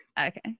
okay